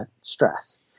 stress